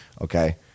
Okay